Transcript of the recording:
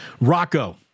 Rocco